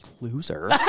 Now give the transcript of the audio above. loser